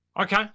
Okay